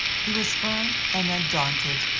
he was firm and undaunted,